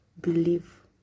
believe